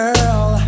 Girl